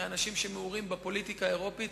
מאנשים שמעורים בפוליטיקה האירופית.